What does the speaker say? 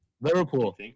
Liverpool